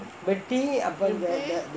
வெட்டி:vetti